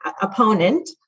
opponent